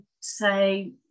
say